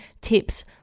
tips